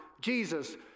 Jesus